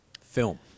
film